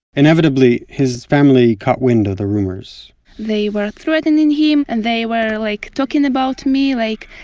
inevitably, his family caught wind of the rumors they were threatening him, and they were like talking about me like,